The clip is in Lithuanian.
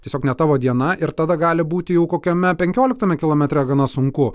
tiesiog ne tavo diena ir tada gali būti jau kokiame penkioliktame kilometre gana sunku